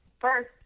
first